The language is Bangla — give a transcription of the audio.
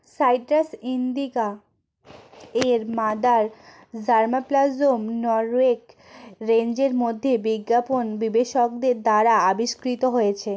সাইট্রাস ইন্ডিকা এর মাদার জার্মাপ্লাজম নকরেক রেঞ্জের মধ্যে বিজ্ঞাপন বিবেচকদের দ্বারা আবিষ্কৃত হয়েছে